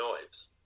knives